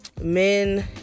men